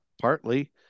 partly